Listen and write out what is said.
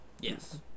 Yes